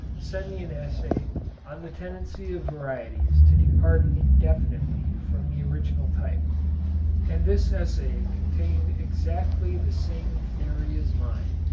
sent me an essay on the tendency of varieties to depart indefinitely from the original type and this essay contained exactly the same theory as mine.